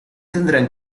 tendrán